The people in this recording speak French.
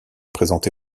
présenté